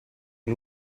wir